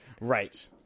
Right